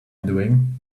doing